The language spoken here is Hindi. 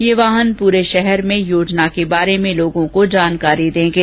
ये वाहन परे शहर में योजना के बारे में लोगों को जानकारी देंगे